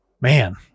man